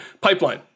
pipeline